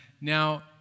now